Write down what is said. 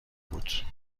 بود